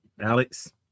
Alex